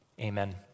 Amen